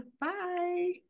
Bye